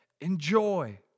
Enjoy